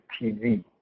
TV